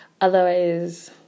Otherwise